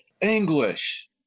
English